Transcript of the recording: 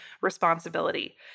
responsibility